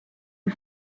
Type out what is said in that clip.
the